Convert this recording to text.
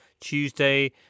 Tuesday